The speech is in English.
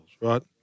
right